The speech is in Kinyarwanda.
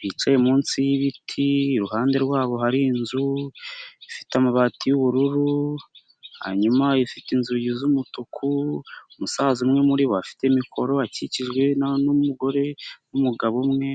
bicaye munsi y'ibiti, iruhande rwabo hari inzu ifite amabati y'ubururu, hanyuma ifite inzugi z'umutuku, umusaza umwe muribo afite mikoro akikijwe n'umugore n'umugabo umwe.